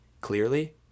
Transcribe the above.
clearly